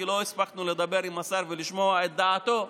כי לא הספקנו לדבר עם השר ולשמוע את דעתו,